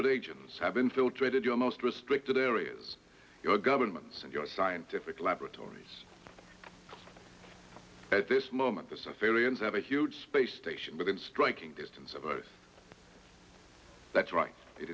agents have infiltrated your most restricted areas your governments and your scientific laboratories at this moment the civilians have a huge space station within striking distance of us that's right it